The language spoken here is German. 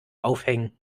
aufhängen